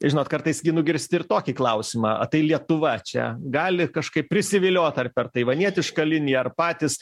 žinot kartais gi nugirsti ir tokį klausimą tai lietuva čia gali kažkaip prisiviliot ar per taivanietiška linija ar patys